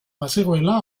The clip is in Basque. bazegoela